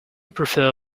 prefer